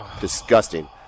Disgusting